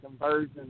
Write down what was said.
conversion